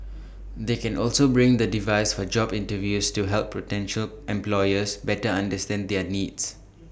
they can also bring the device for job interviews to help potential employers better understand their needs